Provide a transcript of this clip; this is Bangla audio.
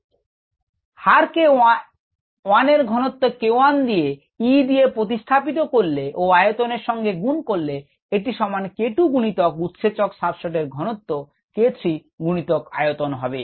হারকে কে ঘনত্ব k1 গুণিতক E গুণিতক S দিয়ে প্রতিস্থাপিত করলে দুজনে ঘনত্ব ও আয়তনের সঙ্গে গুণ করলে এটি সমান k2 গুণিতক আয়তন যুক্ত k3 গুণিতক উৎসেচক সাবস্ট্রেট কমপ্লেক্স ঘনত্ব গুণিতক আয়তন হবে